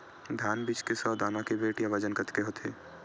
धान बीज के सौ दाना के वेट या बजन कतके होथे?